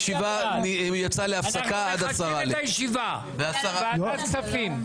הישיבה יצאה להפסקה עד 15:50. אנחנו מחדשים את הישיבה בוועדת כספים.